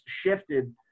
shifted